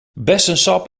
bessensap